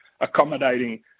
accommodating